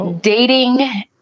dating